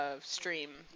Stream